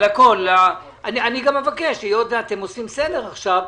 היות ואתם עושים סדר עכשיו,